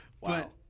Wow